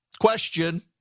question